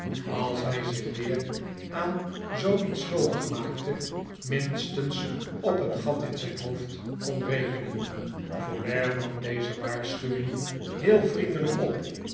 als hij zich weer aan zooiets schuldig maakte minstens op een gat in zijn hoofd kon rekenen folair nam deze waarschuwing heel vriendelijk op